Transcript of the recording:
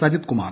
Sajith Kumar